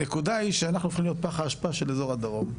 הנקודה היא שאנחנו הופכים להיות פח האשפה של אזור הדרום.